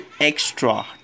extra